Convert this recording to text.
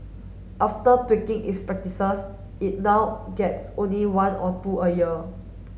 after tweaking its practices it now gets only one or two a year